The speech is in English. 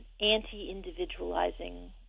anti-individualizing